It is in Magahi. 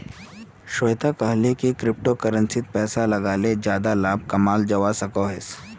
श्वेता कोहले की क्रिप्टो करेंसीत पैसा लगाले ज्यादा लाभ कमाल जवा सकोहिस